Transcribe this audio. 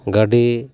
ᱜᱟᱹᱰᱤ